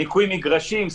ניקוי מגרשים,